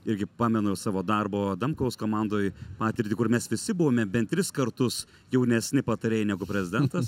irgi pamenu savo darbo adamkaus komandoj patirtį kur mes visi buvome bent tris kartus jaunesni patarėjai negu prezidentas